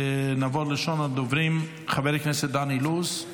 נעבור לראשון הדוברים, חבר הכנסת דן אילוז,